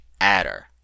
adder